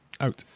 Out